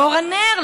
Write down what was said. באור הנר,